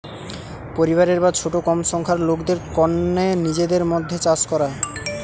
পরিবারের বা ছোট কম সংখ্যার লোকদের কন্যে নিজেদের মধ্যে চাষ করা